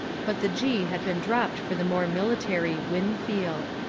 but the g had been dropped for the more military winfield.